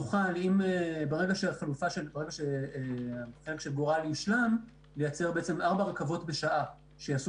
ברגע שהחלופה של גורל תושלם נוכל לייצר ארבע רכבות בשעה שיעשו